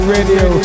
Radio